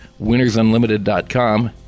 winnersunlimited.com